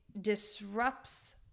disrupts